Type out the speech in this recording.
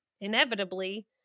inevitably